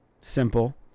simple